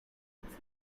access